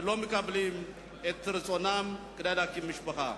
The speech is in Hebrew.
ולא מקבלים את רצונם להקים משפחה.